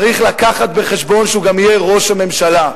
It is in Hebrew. צריך להביא בחשבון שהוא גם יהיה ראש הממשלה.